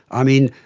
i mean,